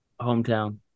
Hometown